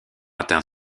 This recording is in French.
atteint